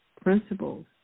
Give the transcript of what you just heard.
principles